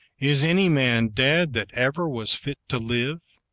is any man dead that ever was fit to live?